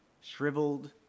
shriveled